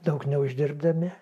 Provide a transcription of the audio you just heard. daug neuždirbdami